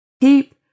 Keep